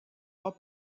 pas